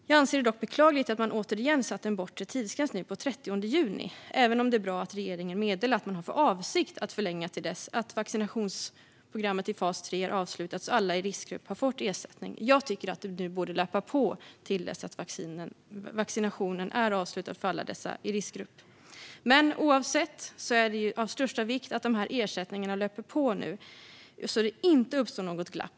Jag anser dock att det är beklagligt att man återigen satt en bortre tidsgräns - den 30 juni - även om det är bra att regeringen meddelar att man har för avsikt att förlänga detta till dess att vaccinationsprogrammet i fas 3 är avslutat, så att alla i riskgrupp får ersättning. Jag tycker att det borde löpa till dess att vaccinationen är avslutad för alla i riskgrupp. Oavsett detta är det av största vikt att dessa ersättningar nu löper, så att det inte uppstår något glapp.